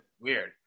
weird